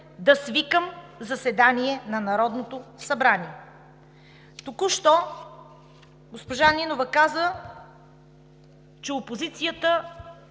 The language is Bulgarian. да свикам заседание на Народното събрание. Току-що госпожа Нинова каза, че не